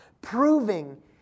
proving